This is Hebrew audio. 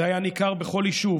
זה היה ניכר בכל יישוב